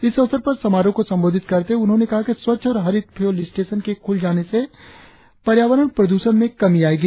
इस अवसर पर समारोह को संबोधित करते हुए उन्होंने कहा कि स्वच्छ और हरित फ्यूल स्टेशन के खुल जाने से पर्यावरण प्रदूषण में कमी आएगी